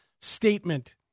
statement